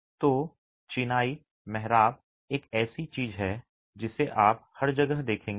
तो चिनाई मेहराब एक ऐसी चीज है जिसे आप हर जगह देखेंगे